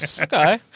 Okay